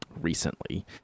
recently